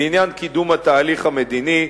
בעניין קידום התהליך המדיני,